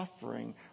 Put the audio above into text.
suffering